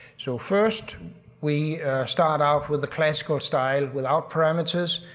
so first we start out with a classical style without parameters,